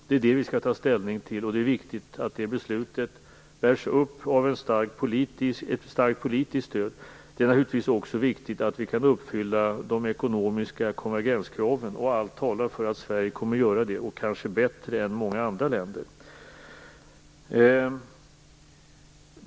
Det är det vi skall ta ställning till, och det är viktigt att det beslutet bärs upp av ett starkt politiskt stöd. Det är naturligtvis också viktigt att vi kan uppfylla de ekonomiska konvergenskraven, och allt talar för att Sverige kommer att göra det, kanske bättre än många andra länder.